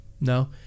No